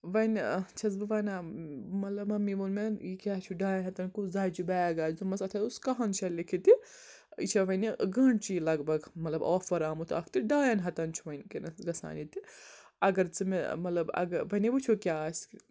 وۄَنۍ چھَس بہٕ وَنان مطلب ممی ووٚن مےٚ یہِ کیٛاہ چھُ ڈاین ہَتَن کُس زچہِ بیگ آسہِ دوٚپمَس اَتھے اوس کَہَن شٚین لیٚکھِتھ تہِ یہِ چھا وَنہِ گٲنٛٹچی لگ بگ مطلب آفَر آمُت اتھ تہٕ ڈاین ہَتَن چھُ و ٕنکیٚنَس گژھان ییٚتہِ اگر ژٕ مےٚ مطلب اگر وَنے وٕچھو کیٛاہ آسہِ